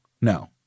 No